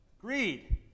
Greed